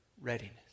readiness